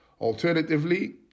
Alternatively